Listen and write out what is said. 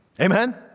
Amen